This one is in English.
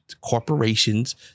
Corporations